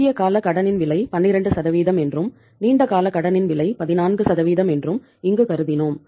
குறுகிய கால கடனின் விலை 12 என்றும் நீண்ட கால கடனின் விலை 14 என்றும் இங்கு கருதினோம்